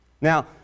Now